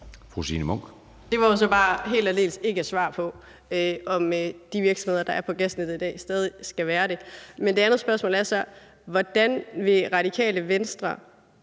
Det var jo så bare helt og aldeles ikke et svar på, om de virksomheder, der er på gasnettet i dag, stadig skal være det. Men det andet spørgsmål er så: Hvordan vil Radikale Venstre